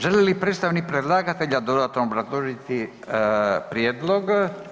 Želi li predstavnik predlagatelja dodatno obrazložiti prijedlog?